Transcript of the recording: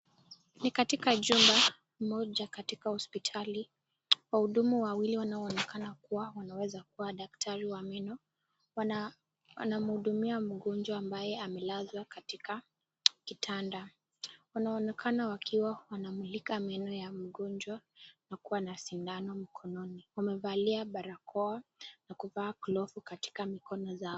Ni katika jumba moja katika hospiitali, wahudumu wawili wanaonekana kuwa wanaweza kuwa daktari wa meno, wanamhudumia mgonjwa ambaye amelazwa katika kitanda, wanaonekana wakiwa wanamulika meno ya mgonjwa, wakiwa na sindano mkononi, wamevalia barakoa na glovu katika mikono zao.